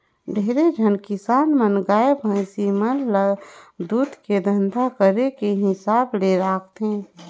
ढेरे झन किसान मन गाय, भइसी मन ल दूद के धंधा करे के हिसाब ले राखथे